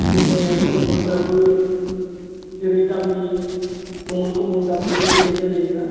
बिनिफ्राय खमबलफ्राबो जेरै दामनि खमबल समबल दामनिखौ होनाय जानाय नङा